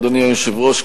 אדוני היושב-ראש,